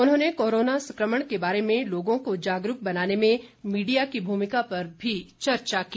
उन्होंने कोरोना संक्रमण के बारे में लोगों को जागरूक बनाने में मीडिया की भूमिका पर चर्चा की